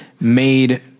made